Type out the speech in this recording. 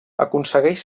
aconsegueix